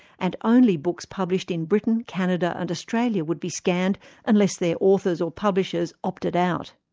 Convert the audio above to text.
and only books published in britain, canada and australia would be scanned unless their authors or publishers opted out.